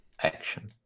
action